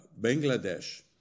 Bangladesh